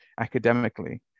academically